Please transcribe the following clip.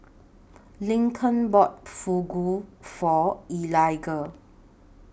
Lincoln bought Fugu For Eliga